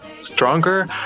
stronger